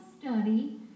study